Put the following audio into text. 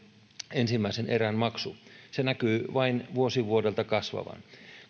ensimmäisen erän maksu se näkyy vain vuosi vuodelta kasvavan